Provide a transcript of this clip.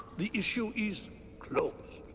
the issue is closed.